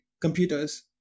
computers